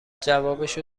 جوابشو